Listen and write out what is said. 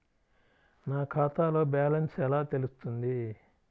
నా ఖాతాలో బ్యాలెన్స్ ఎలా తెలుస్తుంది?